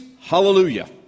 Hallelujah